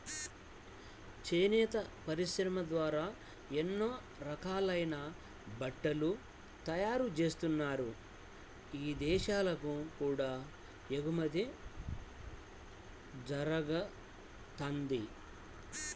చేనేత పరిశ్రమ ద్వారా ఎన్నో రకాలైన బట్టలు తయారుజేత్తన్నారు, ఇదేశాలకు కూడా ఎగుమతి జరగతంది